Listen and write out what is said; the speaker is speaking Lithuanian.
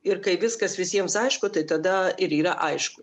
ir kai viskas visiems aišku tai tada ir yra aišku